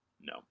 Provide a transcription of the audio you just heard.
No